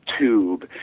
tube